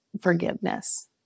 forgiveness